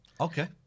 Okay